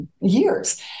years